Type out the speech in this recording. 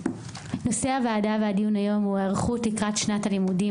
נושא הוועדה והדיון היום הוא היערכות לקראת שנת הלימודים